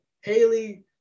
Haley